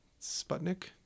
sputnik